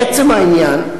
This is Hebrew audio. לעצם העניין,